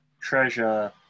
treasure